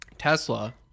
Tesla